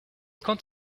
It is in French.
quand